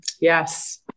Yes